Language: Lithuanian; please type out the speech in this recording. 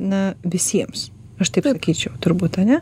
na visiems aš taip sakyčiau turbūt ane